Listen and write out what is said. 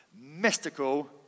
mystical